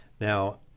now